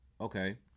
Okay